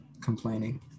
complaining